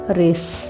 race